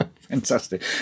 fantastic